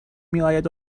میاید